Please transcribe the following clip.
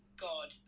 god